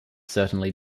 certainly